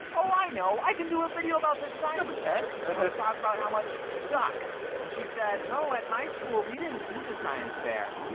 oh, i know. i can do a video about. this is number ten? and i'll talk about how much it sucks. and she said, and oh, at my school, we didn't do the science fair. what?